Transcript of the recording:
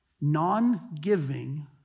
non-giving